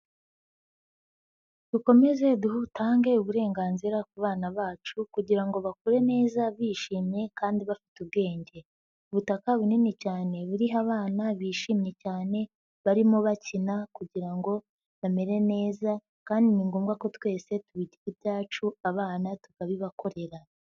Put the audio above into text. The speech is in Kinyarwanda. Dukomeze dutange uburenganzira ku bana bacu kugira bakure neza bishimye kandi bafite ubwenge, ubutaka bunini cyane buriho abana bishimye cyane, barimo bakina kugirango bamere neza kandi ni ngombwa ko twese tubigira ibyacu, abana tukabibakorera.